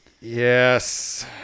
Yes